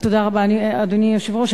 תודה רבה, אדוני היושב-ראש.